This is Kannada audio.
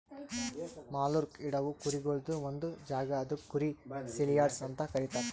ಮಾರ್ಲುಕ್ ಇಡವು ಕುರಿಗೊಳ್ದು ಒಂದ್ ಜಾಗ ಅದುಕ್ ಕುರಿ ಸೇಲಿಯಾರ್ಡ್ಸ್ ಅಂತ ಕರೀತಾರ